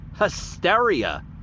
hysteria